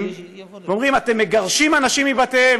ואומרים: אתם מגרשים אנשים מבתיהם.